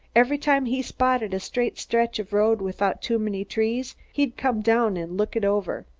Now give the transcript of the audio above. every time he spotted a straight stretch of road without too many trees, he'd come down and look it over.